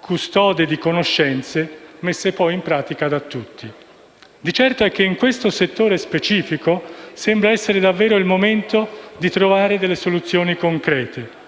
custode di conoscenze messe poi in pratica da tutti. Di certo è che in questo settore specifico sembra essere davvero il momento di trovare soluzioni concrete.